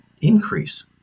increase